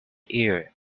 ear